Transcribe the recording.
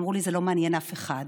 אמרו לי: זה לא מעניין אף אחד.